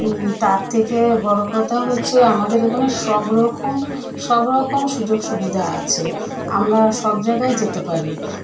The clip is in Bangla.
তার থেকে বড়ো কথা হচ্ছে আমাদের এখানে সব রকম সব রকম সুযোগ সুবিধা আছে আমরা সব জায়গায় যেতে পারি